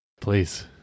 Please